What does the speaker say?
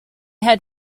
had